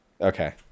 okay